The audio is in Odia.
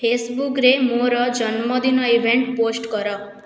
ଫେସବୁକ୍ରେ ମୋର ଜନ୍ମଦିନ ଇଭେଣ୍ଟ ପୋଷ୍ଟ କର